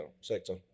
sector